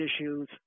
issues